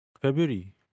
February